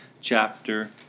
chapter